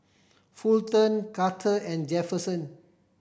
Fulton Carter and Jefferson